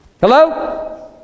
Hello